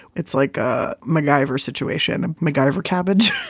it's like a macgyver situation and macgyver cabbage.